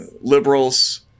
liberals